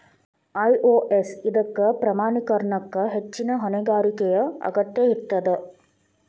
IOS ಇದಕ್ಕ ಪ್ರಮಾಣೇಕರಣಕ್ಕ ಹೆಚ್ಚಿನ್ ಹೊಣೆಗಾರಿಕೆಯ ಅಗತ್ಯ ಇರ್ತದ